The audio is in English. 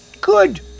Good